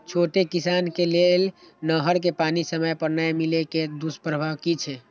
छोट किसान के लेल नहर के पानी समय पर नै मिले के दुष्प्रभाव कि छै?